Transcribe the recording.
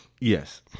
Yes